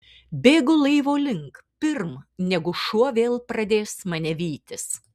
bėgu laivo link pirm negu šuo vėl pradės mane vytis